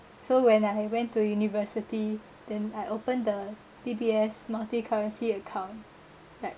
so when I went to university then I open the D_B_S multi currency account like